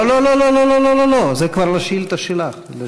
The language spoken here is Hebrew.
לא, לא, לא, זה כבר לשאילתה שלך.